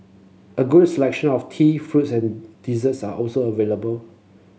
a good selection of tea fruits and desserts are also available